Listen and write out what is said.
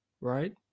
right